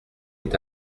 est